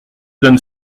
donne